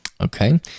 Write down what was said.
Okay